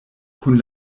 kun